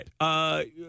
right